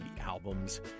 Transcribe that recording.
albums